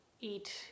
eat